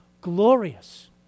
glorious